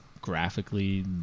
graphically